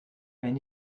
wenn